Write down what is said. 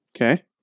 Okay